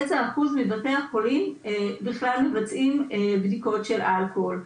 איזה אחוז מבתי החולים בכלל מבצעים בדיקות של אלכוהול.